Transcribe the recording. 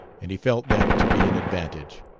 and he felt that to be an advantage.